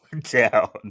down